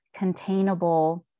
containable